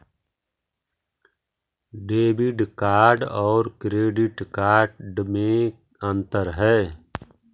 Debit card और credit card में अन्तर है?